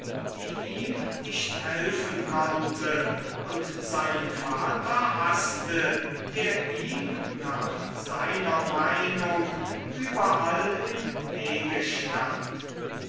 die ihm nicht helfen konnte und seinen vater haßte der ihm nach seiner meinung überall im wege stand